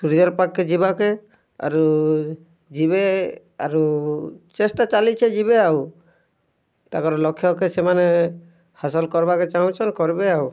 ସୂର୍ଯ୍ୟର୍ ପାଖ୍କେ ଯିବାକେ ଆରୁ ଯିବେ ଆରୁ ଚେଷ୍ଟା ଚାଲିଛେ ଯିବେ ଆରୁ ତାଙ୍କର୍ ଲକ୍ଷ୍ୟକେ ସେମାନେ ହାସଲ୍ କର୍ବାର୍କେ ଚାହୁଁଛନ୍ କର୍ବେ ଆଉ